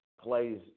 Plays